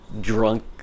drunk